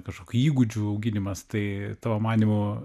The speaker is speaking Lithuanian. kažkokių įgūdžių auginimas tai tavo manymu